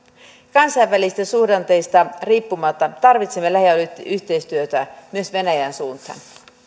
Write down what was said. kansainvälisistä suhdanteista riippumatta tarvitsemme lähialueyhteistyötä myös venäjän suuntaan